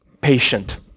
patient